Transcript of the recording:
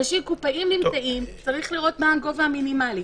קופאים נמצאים - צריך לראות מה הגובה המינימלי,